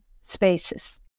spaces